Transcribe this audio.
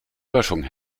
böschung